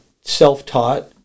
self-taught